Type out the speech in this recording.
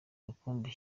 rukumbi